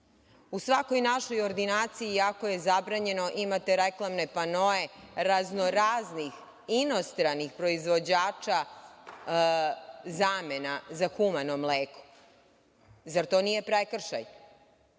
U svakoj našoj ordinaciji, iako je zabranjeno, imate reklamne panoe raznoraznih inostranih proizvođača zamena za humano mleko. Zar to nije prekršaj?